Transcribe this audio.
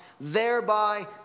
thereby